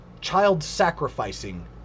child-sacrificing